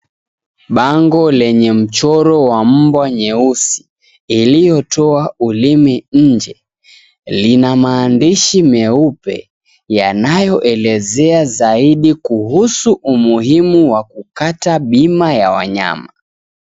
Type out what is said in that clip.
Bango lenye mchoro wa umbwa mweusi, iliyotoa ulimi inje lina maandishi meupe yanaelezea zaidi kuhusu umuhimu wa kukata bima ya wanyama.